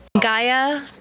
Gaia